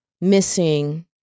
missing